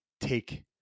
take